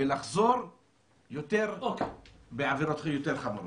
ולחזור בעבירות יותר חמורות.